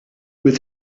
with